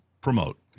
promote